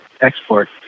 Export